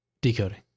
Decoding